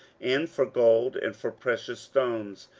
and for gold, and for precious stones,